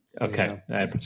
okay